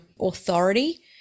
authority